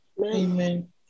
Amen